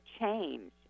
change